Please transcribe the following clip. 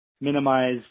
minimize